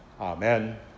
Amen